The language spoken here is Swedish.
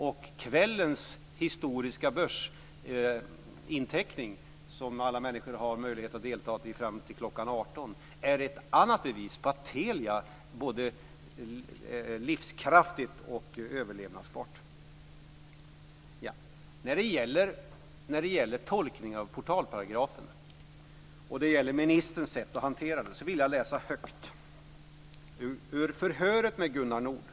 Och kvällens historiska börsinteckning - som alla människor har möjlighet att delta i fram till klockan 18 - är ett bevis på att Telia är livskraftigt och kan överleva. När det gäller tolkningen av portalparagrafen och ministerns sätt att hantera den, vill jag läsa högt ur förhöret med Gunnar Nord.